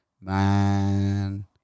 Man